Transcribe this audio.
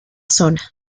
zona